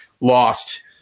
lost